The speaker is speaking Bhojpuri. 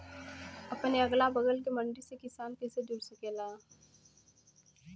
अपने अगला बगल के मंडी से किसान कइसे जुड़ सकेला?